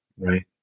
right